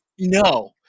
no